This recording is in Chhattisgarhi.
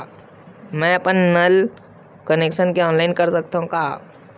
मैं अपन नल कनेक्शन के ऑनलाइन कर सकथव का?